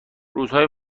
روزهای